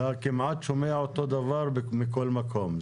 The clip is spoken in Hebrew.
אתה כמעט שומע אותו דבר מכל מקום.